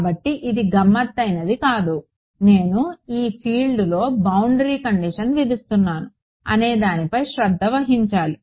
కాబట్టి ఇది గమ్మత్తైనది కాదు నేను ఏ ఫీల్డ్లో బౌండరీ కండిషన్ విధిస్తున్నాను అనేదానిపై శ్రద్ధ వహించాలి